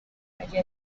haya